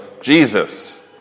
Jesus